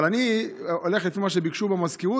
אבל אני הולך לפי מה שביקשו במזכירות